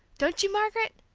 don't you, margaret?